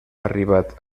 arribat